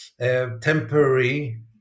temporary